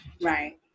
right